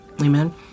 Amen